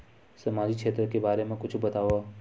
सामजिक क्षेत्र के बारे मा कुछु बतावव?